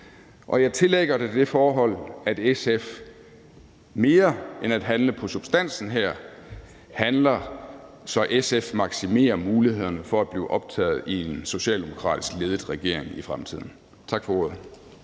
jeg tillægger det det forhold, at SF mere end at handle på substansen her handler, så SF maksimerer mulighederne for at blive optaget i en socialdemokratisk ledet regering i fremtiden. Tak for ordet.